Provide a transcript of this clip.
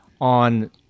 on